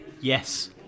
Yes